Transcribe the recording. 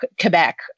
Quebec